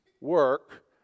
work